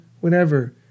whenever